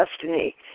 destiny